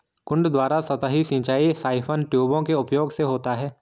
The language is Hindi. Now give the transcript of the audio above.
कुंड द्वारा सतही सिंचाई साइफन ट्यूबों के उपयोग से होता है